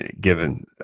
given –